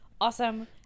awesome